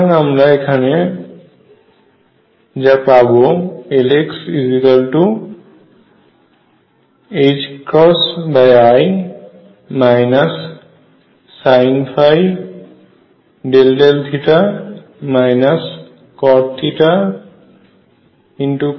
সুতরাং আমরা এখান থেকে যা পাবো Lxi sinϕ∂θ cotθcosϕ∂ϕ